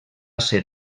ser